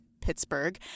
Pittsburgh